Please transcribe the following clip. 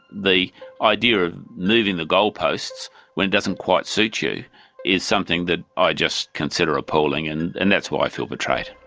the idea of moving the goal posts when it doesn't quite suit you is something that i just consider appalling and and that's why i feel betrayed.